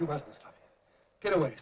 you must get away